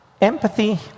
Empathy